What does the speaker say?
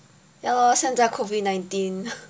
ya lor 现在 COVID nineteen